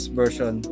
version